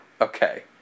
Okay